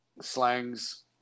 Slangs